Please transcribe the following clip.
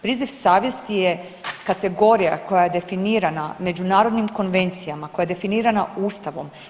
Priziv savjesti je kategorija koja je definirana međunarodnim konvencijama, koja je definirana Ustavom.